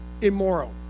immoral